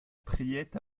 priait